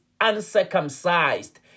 uncircumcised